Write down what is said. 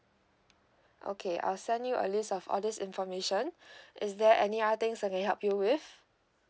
okay I'll send you a list of all this information is there any other things I can help you with